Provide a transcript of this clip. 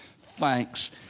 thanks